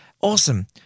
Awesome